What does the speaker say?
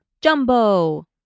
Jumbo